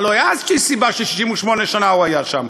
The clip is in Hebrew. הלוא הייתה איזושהי סיבה ש-68 שנה הוא היה שם.